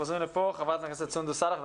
חברת הכנסת סונדוס סאלח,